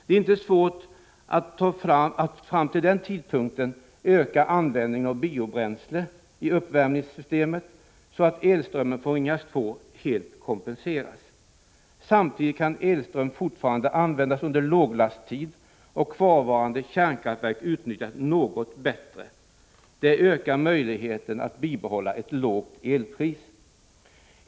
Det är inte svårt att fram till den tidpunkten öka användningen av biobränslen i uppvärmningssystemet, så att elströmmen från Ringhals 2 helt kompenseras. Samtidigt kan elström fortfarande användas under låglasttid och kvarvarande kärnkraftverk utnyttjas något bättre. Det förbättrar möjligheterna att bibehålla ett lågt elpris.